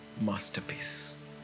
masterpiece